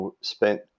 spent